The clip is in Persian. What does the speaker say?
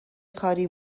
کاری